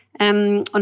und